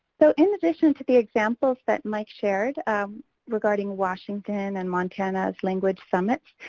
so in addition to the examples that mike shared um regarding washington and montana's language summits,